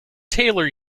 taylor